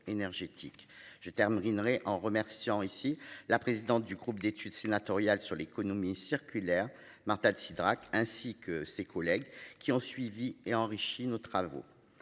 Je terminerai en remerciant ici la présidente du Groupe d'études sénatoriales sur l'économie circulaire Marta de Cidrac ainsi que ses collègues qui ont suivi et enrichi nos travaux